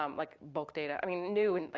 um like, bulk data, i mean, new in, like,